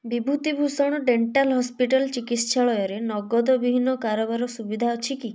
ବିଭୂତି Bhushan dental hospital ଚିକିତ୍ସାଳୟରେ ନଗଦ ବିହୀନ କାରବାର ସୁବିଧା ଅଛି କି